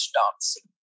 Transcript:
dancing